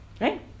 Right